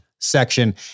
section